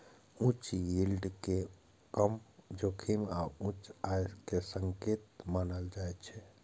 उच्च यील्ड कें कम जोखिम आ उच्च आय के संकेतक मानल जाइ छै